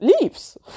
leaves